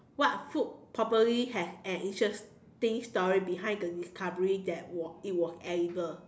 what food probably has an interesting story behind the discovery that was it was edible